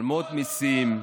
משלמות מיסים.